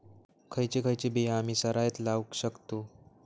खयची खयची बिया आम्ही सरायत लावक शकतु?